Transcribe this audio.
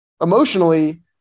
emotionally